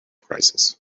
crisis